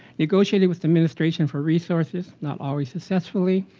negotiated with the administration for resources not always successfully.